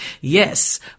Yes